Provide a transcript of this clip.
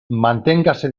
manténgase